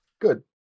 Good